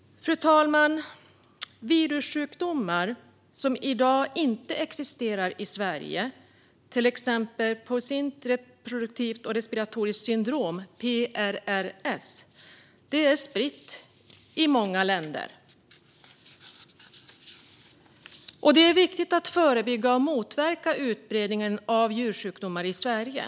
Fru talman! Virussjukdomar som i dag inte existerar i Sverige, till exempel porcint reproduktivt och respiratoriskt syndrom, PRRS, finns spridda i många länder. Det är viktigt att förebygga och motverka utbredningen av djursjukdomar i Sverige.